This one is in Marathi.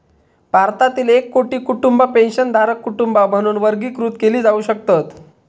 भारतातील एक कोटी कुटुंबा पेन्शनधारक कुटुंबा म्हणून वर्गीकृत केली जाऊ शकतत